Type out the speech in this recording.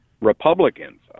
Republicans